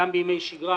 גם בימי שגרה,